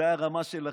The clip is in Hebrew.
זו הרמה שלכם.